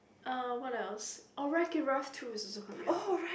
uh what else oh Wreck it Ralph two is also coming out